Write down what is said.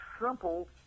simple